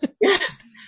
Yes